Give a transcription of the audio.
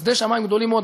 בחסדי שמים גדולים מאוד,